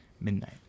Midnight